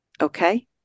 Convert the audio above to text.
Okay